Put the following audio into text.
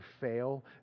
fail